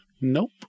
Nope